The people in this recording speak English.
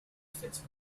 fits